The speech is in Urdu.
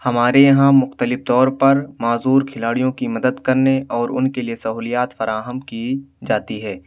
ہمارے یہاں مختلف طور پر معذور کھلاڑیوں کی مدد کرنے اور ان کے لیے سہولیات فراہم کی جاتی ہے